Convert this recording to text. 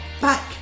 back